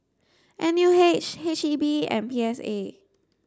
N U H H E B and P S A